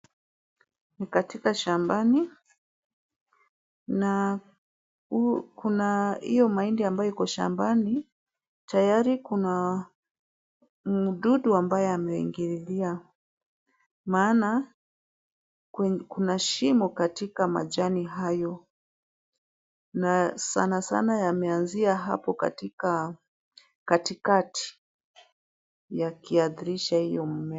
Ni katika shambani na huu kuna hiyo maindi ambayo iko shambani, tayari kuna mdudu ambaye ameingilia maana kwenye kuna shimo katika majani hayo, na sana sana yameanzia hapo katika katikati yakuadhiri hiyo mimea.